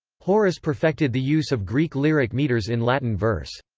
horace perfected the use of greek lyric metres in latin verse.